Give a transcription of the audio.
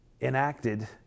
enacted